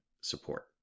support